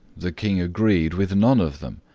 the king agreed with none of them,